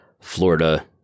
Florida